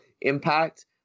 impact